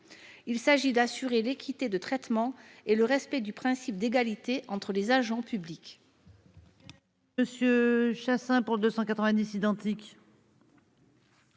Il s'agit d'assurer l'équité de traitement et le respect du principe d'égalité entre les agents publics.